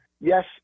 yes